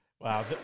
Wow